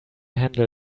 handle